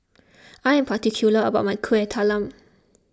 I am particular about my Kueh Talam